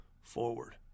forward